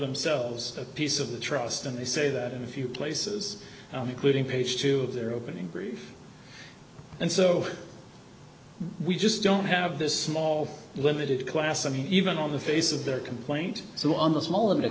themselves a piece of the trust and they say that in a few places including page two of their opening brief and so we just don't have this small limited klassen even on the face of their complaint so on the small